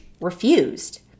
refused